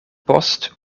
post